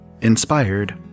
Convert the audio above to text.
inspired